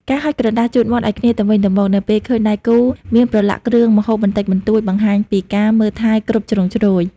ការហុចក្រដាសជូតមាត់ឱ្យគ្នាទៅវិញទៅមក នៅពេលឃើញដៃគូមានប្រឡាក់គ្រឿងម្ហូបបន្តិចបន្តួច បង្ហាញពីការមើលថែគ្រប់ជ្រុងជ្រោយ។